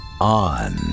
on